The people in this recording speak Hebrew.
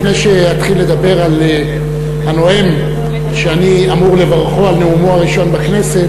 לפני שאתחיל לדבר על הנואם שאני אמור לברכו על נאומו הראשון בכנסת,